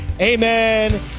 Amen